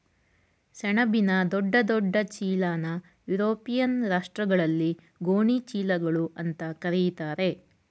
ಸೆಣಬಿನ ದೊಡ್ಡ ದೊಡ್ಡ ಚೀಲನಾ ಯುರೋಪಿಯನ್ ರಾಷ್ಟ್ರಗಳಲ್ಲಿ ಗೋಣಿ ಚೀಲಗಳು ಅಂತಾ ಕರೀತಾರೆ